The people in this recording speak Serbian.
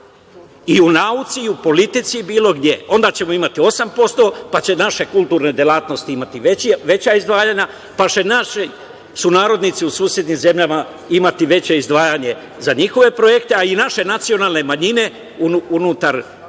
i u nauci i u politici i bilo gde. Onda ćemo imati 8% pa će naše kulturne delatnosti imati veća izdvajanja, pa će naši sunarodnici u susednim zemljama imati veća izdvajanja za njihove projekte, a i naše nacionalne manjine unutar naše